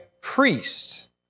priest